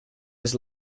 his